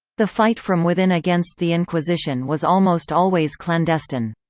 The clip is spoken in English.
the fight from within against the inquisition was almost always clandestine.